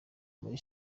muri